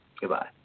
Goodbye